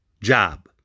job